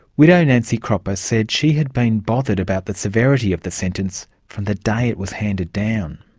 widow nancy cropper said she had been bothered about the severity of the sentence from the day it was handed down.